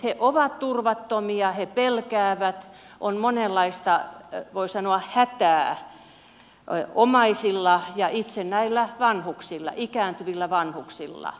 he ovat turvattomia he pelkäävät on monenlaista voi sanoa hätää omaisilla ja itse näillä ikääntyvillä vanhuksilla